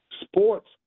Sports